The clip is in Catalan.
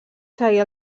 seguir